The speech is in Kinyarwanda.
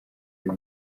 uyu